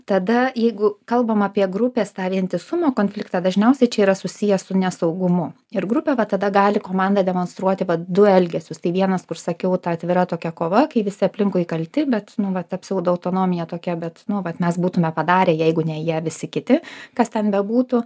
tada jeigu kalbam apie grupės tą vientisumo konfliktą dažniausiai čia yra susiję su nesaugumu ir grupė va tada gali komanda demonstruoti vat du elgesius tai vienas kur sakiau ta atvira tokia kova kai visi aplinkui kalti bet nu va ta psiaudo autonomija tokia bet nu o va mes būtume padarę jeigu ne jie visi kiti kas ten bebūtų